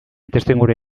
testuingurua